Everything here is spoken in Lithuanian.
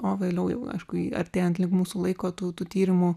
o vėliau jau aiškui artėjant link mūsų laiko tų tų tyrimų